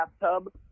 bathtub